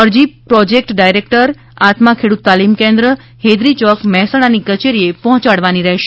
અરજી project director આત્મા ખેડૂત તાલીમ કેન્દ્ર હેદરી ચોક મહેસાણાની કચેરીએ પહોંચાડવાની રહેશે